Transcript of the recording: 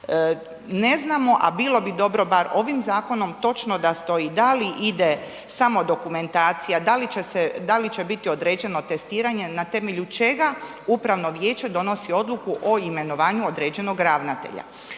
Ne znamo a bilo bi dobro bar ovim zakonom točno da stoji da li ide samo dokumentacija, da li će biti određeno testiranje na temelju čega upravno vijeće donosi odluku o imenovanju određenog ravnatelja.